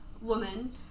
woman